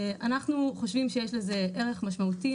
אנחנו חושבים שיש לזה ערך משמעותי.